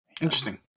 Interesting